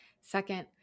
Second